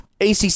ACC